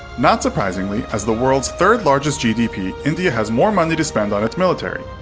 not surprisingly, as the world's third largest gdp, india has more money to spend on its military.